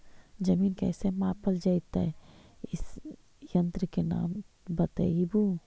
जमीन कैसे मापल जयतय इस यन्त्र के नाम बतयबु?